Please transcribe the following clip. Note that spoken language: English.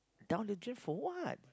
down the drain for what